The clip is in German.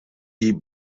die